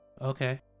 Okay